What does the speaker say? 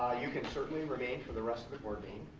ah you can certainly remain for the rest of the board meeting